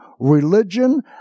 religion